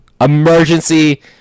emergency